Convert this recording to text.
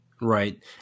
Right